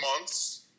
months